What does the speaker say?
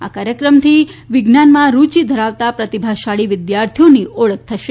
આ કાર્યક્રમથી વિજ્ઞાનમાં રૂચિ ધરાવતા પ્રતિભાશાળી વિદ્યાર્થીઓની ઓળખ થશે